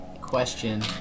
Question